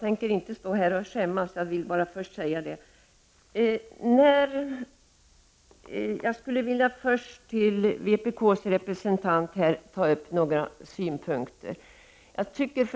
Herr talman! Jag vill först säga att jag inte tänker stå här och skämmas. Jag vill med anledning av vpk-representantens anförande ta upp några synpunkter.